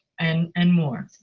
and and more.